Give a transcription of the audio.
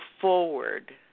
forward